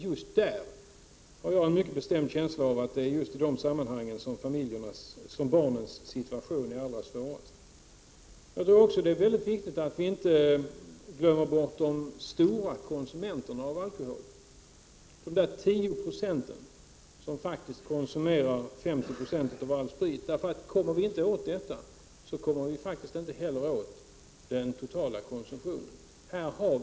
Jag har en mycket bestämd känsla av att det är just i det sammanhanget som barnens situation är allra svårast. Jag tror också att det är viktigt att vi inte glömmer bort de stora konsumenterna av alkohol, de 10 96 som konsumerar 50 26 av all sprit. Kommer vi inte åt dem kommer vi inte heller åt den totala konsumtionen.